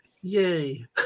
Yay